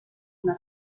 una